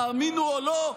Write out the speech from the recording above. תאמינו או לא,